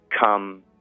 come